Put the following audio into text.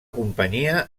companyia